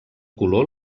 color